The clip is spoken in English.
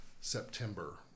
September